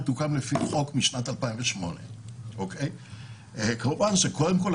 איגוד ערים כינרת הוקם לפי חוק משנת 2008. קודם כול,